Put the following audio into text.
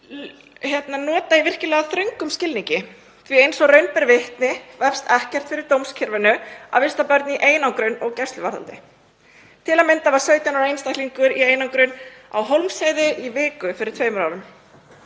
notað í virkilega þröngum skilningi því eins og raun ber vitni vefst ekkert fyrir dómskerfinu að vista börn í einangrun og gæsluvarðhaldi. Til að mynda var 17 ára einstaklingur í einangrun á Hólmsheiði í viku fyrir tveimur árum.